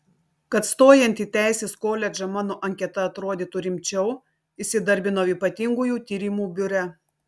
kad stojant į teisės koledžą mano anketa atrodytų rimčiau įsidarbinau ypatingųjų tyrimų biure